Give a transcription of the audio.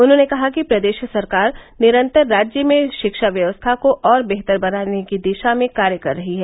उन्होंने कहा कि प्रदेश सरकार निरन्तर राज्य में शिक्षा व्यवस्था को और बेहतर बनाने की दिशा में कार्य कर रही है